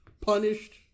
punished